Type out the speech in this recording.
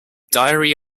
diary